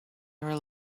rely